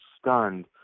stunned